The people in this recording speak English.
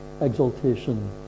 exaltation